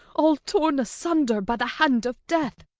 all torn asunder by the hand of death!